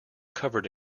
covered